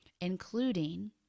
including